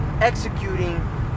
executing